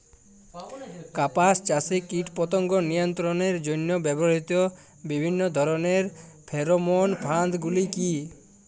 কাপাস চাষে কীটপতঙ্গ নিয়ন্ত্রণের জন্য ব্যবহৃত বিভিন্ন ধরণের ফেরোমোন ফাঁদ গুলি কী?